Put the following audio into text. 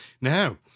Now